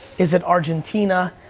is it argentina?